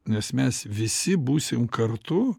nes mes visi būsim kartu